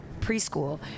preschool